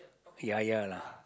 ya ya lah